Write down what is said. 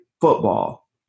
football